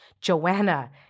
Joanna